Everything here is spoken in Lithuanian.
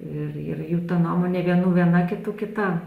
ir ir jų ta nuomonė vienų viena kitų kita